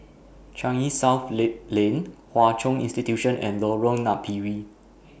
Changi South Lane Hwa Chong Institution and Lorong Napiri